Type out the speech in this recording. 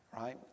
right